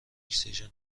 اکسیژن